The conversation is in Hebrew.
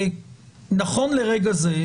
נכון לרגע זה,